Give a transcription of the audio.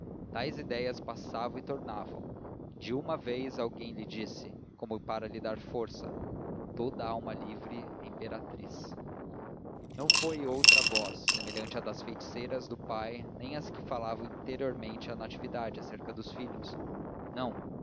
tais ideias passavam e tornavam de uma vez alguém lhe disse como para lhe dar força toda alma livre é imperatriz não foi outra voz semelhante à das feiticeiras do pai nem às que falavam interiormente a natividade acerca dos filhos não